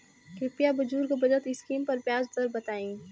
कृपया बुजुर्ग बचत स्किम पर ब्याज दर बताई